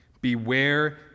Beware